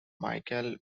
michael